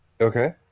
Okay